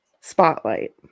spotlight